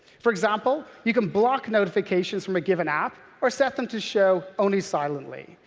for example, you can block notifications from a given app or set them to show only silently.